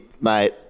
mate